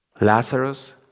Lazarus